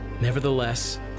Nevertheless